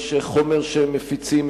יש חומר שהם מפיצים,